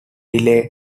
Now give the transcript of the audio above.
delays